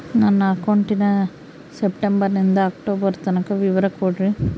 ನನ್ನ ಅಕೌಂಟಿನ ಸೆಪ್ಟೆಂಬರನಿಂದ ಅಕ್ಟೋಬರ್ ತನಕ ವಿವರ ಕೊಡ್ರಿ?